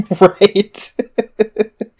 Right